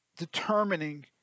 determining